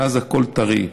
שאז הכול טרי.